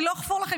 אני לא אחפור לכם,